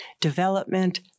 development